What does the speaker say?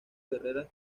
guerreras